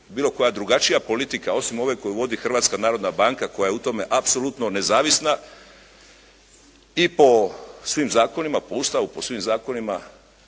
bilo koja drugačija politika, osim ove koju vodi Hrvatska narodna banka koja je u tome apsolutno nezavisna i po svim zakonima, po Ustavu, po svim zakonima,